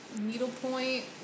needlepoint